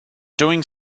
doing